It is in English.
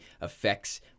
affects